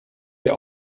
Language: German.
wir